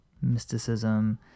mysticism